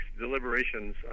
deliberations